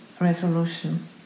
resolution